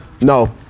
No